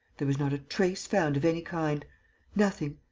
there was not a trace found of any kind nothing,